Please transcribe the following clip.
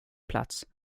plats